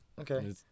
Okay